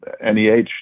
NEH